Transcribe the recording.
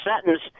sentence